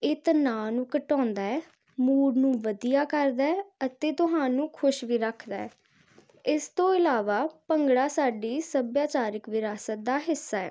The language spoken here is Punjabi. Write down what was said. ਇਹ ਤਣਾਅ ਨੂੰ ਘਟਾਉਂਦਾ ਹੈ ਮੂਡ ਨੂੰ ਵਧੀਆ ਕਰਦਾ ਅਤੇ ਤੁਹਾਨੂੰ ਖੁਸ਼ ਵੀ ਰੱਖਦਾ ਇਸ ਤੋਂ ਇਲਾਵਾ ਭੰਗੜਾ ਸਾਡੀ ਸੱਭਿਆਚਾਰਕ ਵਿਰਾਸਤ ਦਾ ਹਿੱਸਾ ਹੈ